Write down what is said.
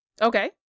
Okay